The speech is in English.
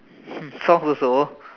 hmm songs also